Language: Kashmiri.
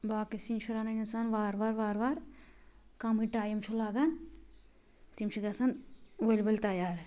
باقٕے سِنۍ چھُ رَنَن اِنسان وارٕ وار وارٕ وار کَمٕے ٹایِم چھُ لَگان تِم چھِ گَژھان ؤلۍ ؤلۍ تَیار